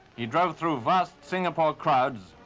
he drove through vast singapore crowds,